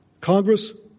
Congress